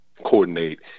Coordinate